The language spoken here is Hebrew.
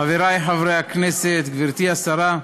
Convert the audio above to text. חבריי חברי הכנסת, גברתי השרה,